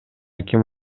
ким